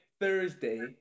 Thursday